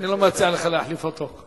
מציע לך להחליף אותו.